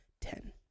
ten